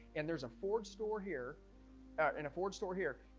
and there's a ford store here in a ford store here.